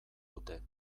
dute